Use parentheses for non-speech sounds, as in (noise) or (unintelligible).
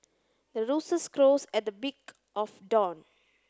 the roosters crows at the (unintelligible) of dawn